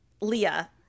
Leah